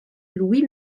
louis